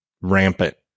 rampant